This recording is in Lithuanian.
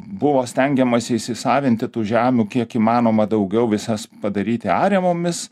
buvo stengiamasi įsisavinti tų žemių kiek įmanoma daugiau visas padaryti ariamomis